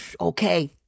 Okay